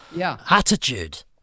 attitude